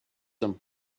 him